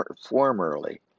formerly